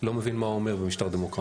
לא מבין מה הוא אומר במשטר דמוקרטי,